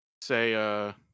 say